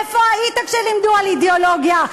איפה היית כשלימדו על אידיאולוגיה,